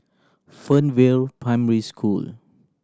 Fernvale Primary School